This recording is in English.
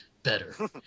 better